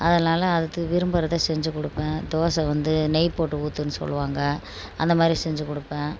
அதனால அது விரும்புறதை செஞ்சிக் கொடுப்பேன் தோசை வந்து நெய் போட்டு ஊத்துன்னு சொல்லுவாங்கள் அந்த மாதிரி செஞ்சிக் கொடுப்பேன்